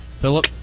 Philip